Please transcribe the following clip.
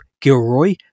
Gilroy